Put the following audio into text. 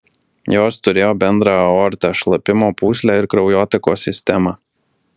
jos turėjo bendrą aortą šlapimo pūslę ir kraujotakos sistemą